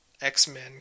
X-Men